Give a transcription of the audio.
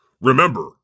Remember